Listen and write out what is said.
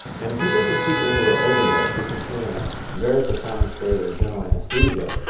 and if you think of people who are overdosed as just being in a very profound state of general anesthesia,